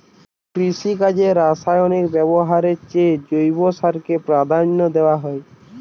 কৃষিকাজে রাসায়নিক ব্যবহারের চেয়ে জৈব চাষকে প্রাধান্য দেওয়া হয়